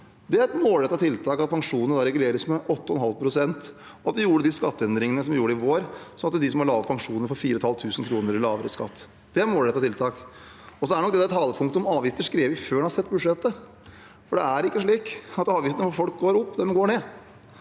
Det er et målrettet tiltak at pensjonene reguleres med 8,5 pst., og at vi gjorde de skatteendringene vi gjorde i vår, sånn at de som har lave pensjoner, får 4 500 kr i lavere skatt. Det er et målrettet tiltak. Så er nok det talepunktet om avgifter skrevet før representanten så budsjettet, for det er ikke slik at avgiftene for folk går opp. De går ned.